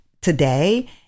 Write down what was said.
today